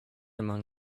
among